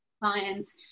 clients